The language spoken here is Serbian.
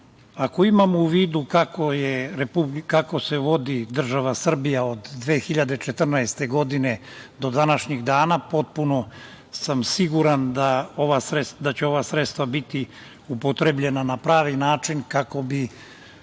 imamo u vidu kako se vodi država Srbija od 2014. godine do današnjeg dana, potpuno sam siguran da će ova sredstva biti upotrebljena na pravi način kako bi